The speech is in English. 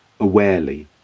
awarely